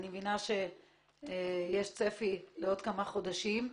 ואני מבינה שיש צפי לעוד כמה חודשים.